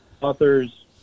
authors